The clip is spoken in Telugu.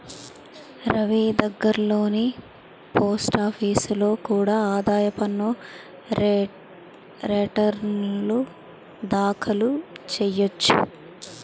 రవీ దగ్గర్లోని పోస్టాఫీసులో కూడా ఆదాయ పన్ను రేటర్న్లు దాఖలు చెయ్యొచ్చు